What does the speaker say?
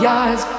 eyes